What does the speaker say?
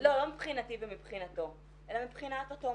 לא מבחינתי ומבחינתו, אלא מבחינת אותו מעביד,